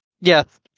yes